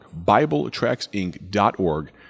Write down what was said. BibleTracksInc.org